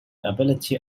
ability